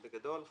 בגדול,